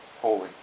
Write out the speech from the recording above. holy